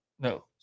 No